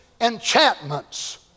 enchantments